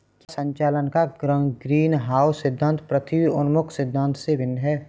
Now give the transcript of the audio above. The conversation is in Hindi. क्या संचालन का ग्रीनहाउस सिद्धांत पृथ्वी उन्मुख सिद्धांत से भिन्न है?